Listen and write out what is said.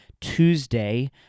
Tuesday